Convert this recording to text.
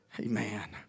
Amen